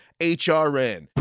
hrn